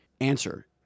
answer